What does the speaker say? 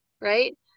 right